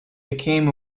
became